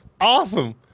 Awesome